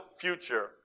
future